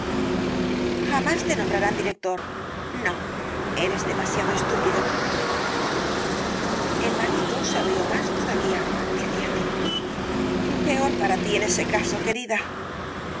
jamás te nombrarán director no eres demasiado estúpido el marido se rió más todavía diciendo peor para ti en ese caso querida